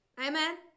Amen